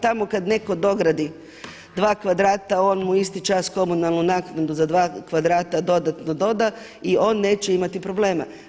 Tamo kad netko dogradi 2 kvadrata, on mu isti čas komunalnu naknadu za 2 kvadrata dodatno doda, i on neće imati problema.